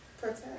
protect